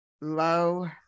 low